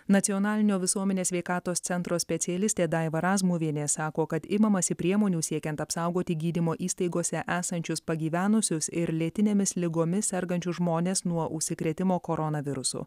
nacionalinio visuomenės sveikatos centro specialistė daiva razmuvienė sako kad imamasi priemonių siekiant apsaugoti gydymo įstaigose esančius pagyvenusius ir lėtinėmis ligomis sergančius žmones nuo užsikrėtimo koronavirusu